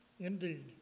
Indeed